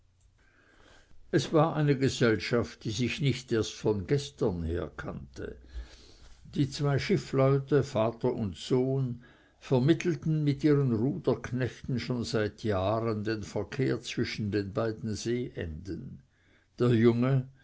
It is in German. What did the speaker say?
es war eine gesellschaft die sich nicht erst von gestern her kannte die zwei schiffleute vater und sohn vermittelten mit ihren ruderknechten schon seit jahren den verkehr zwischen den beiden see enden der junge